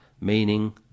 meaning